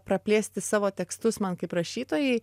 praplėsti savo tekstus man kaip rašytojai